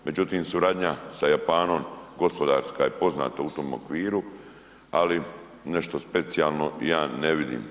Međutim suradnja sa Japanom gospodarska je poznata u tom okviru ali nešto specijalno ja ne vidim.